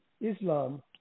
Islam